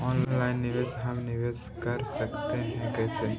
Online हम निवेश कर सकते है, कैसे?